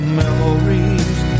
memories